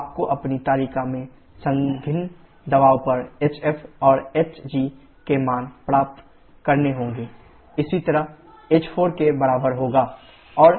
Pc179976kJkg आपको अपनी तालिका से संघनित्र दाब पर hf और hg के मान प्राप्त करने होंगे इसी तरह h4 के बराबर होगा h4hf